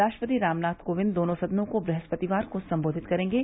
राष्ट्रपति रामनाथ कोविंद दोनों सदनों को बृहस्पतिवार को संबोधित करेंगे